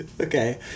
Okay